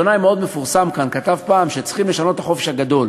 עיתונאי מאוד מפורסם כאן כתב פעם שצריכים לשנות את החופש הגדול